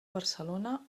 barcelona